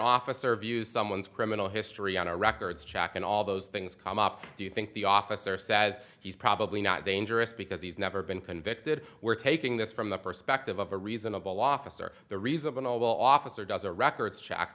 officer views someone's criminal history on a records check and all those things come up do you think the officer says he's probably not dangerous because he's never been convicted we're taking this from the perspective of a reasonable officer the reasonable officer does a records check